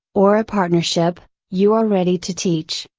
or a partnership, you are ready to teach,